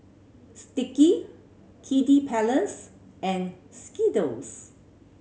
Sticky Kiddy Palace and Skittles